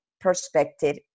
perspective